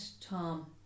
Tom